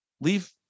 leave